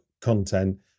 content